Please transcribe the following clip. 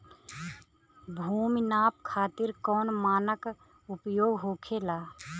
भूमि नाप खातिर कौन मानक उपयोग होखेला?